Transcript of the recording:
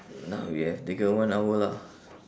now we have taken one hour lah